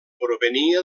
provenia